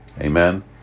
Amen